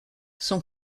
son